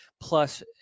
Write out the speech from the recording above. plus